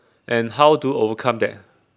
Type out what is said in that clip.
and how do you overcome that